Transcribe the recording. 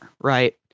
right